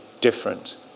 different